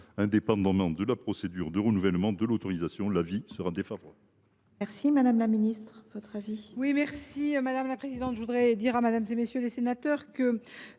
indépendamment de la procédure de renouvellement de l’autorisation. L’avis de la